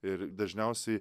ir dažniausiai